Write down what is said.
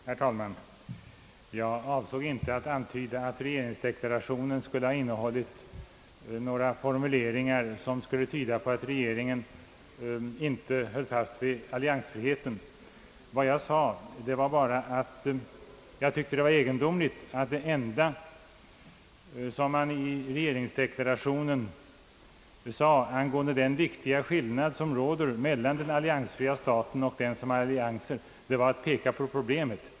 Herr talman! Jag avsåg inte att direkt påstå att regeringsdeklarationen skulle innehålla några formuleringar, som tyder på att regeringen inte håller fast vid alliansfriheten. Vad jag sade var att jag tyckte det var egendomligt, att det enda som återfinns i regeringsdeklarationen angående den viktiga skillnad, som råder mellan alliansfria stater och dem som har allianser, är att man pekade på problemet.